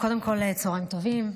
צוהריים טובים,